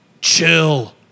chill